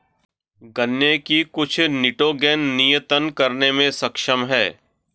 गन्ने की कुछ निटोगेन नियतन करने में सक्षम है